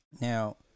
Now